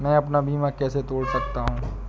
मैं अपना बीमा कैसे तोड़ सकता हूँ?